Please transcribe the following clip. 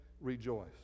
rejoice